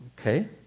Okay